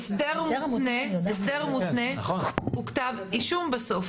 הסדר מותנה הוא כתב אישום, בסוף.